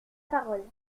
parole